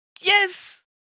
Yes